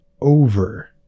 over